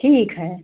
ठीक है